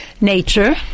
nature